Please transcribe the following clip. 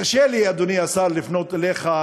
קשה לי, אדוני השר, לפנות אליך,